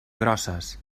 grosses